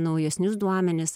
naujesnius duomenis